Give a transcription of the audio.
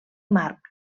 marc